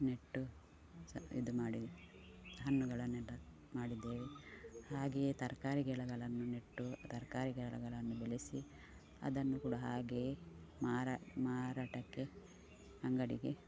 ನೆಟ್ಟು ಇದು ಮಾಡಿ ಹಣ್ಣುಗಳನ್ನೆಲ್ಲ ಮಾಡಿದ್ದೇವೆ ಹಾಗೆಯೇ ತರಕಾರಿ ಗಿಡಗಳನ್ನು ನೆಟ್ಟು ತರಕಾರಿ ಗಿಡಗಳನ್ನು ಬೆಳೆಸಿ ಅದನ್ನೂ ಕೂಡ ಹಾಗೆಯೇ ಮಾರಾ ಮಾರಾಟಕ್ಕೆ ಅಂಗಡಿಗೆ